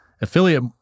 affiliate